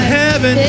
heaven